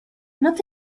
not